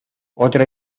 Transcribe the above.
otra